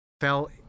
fell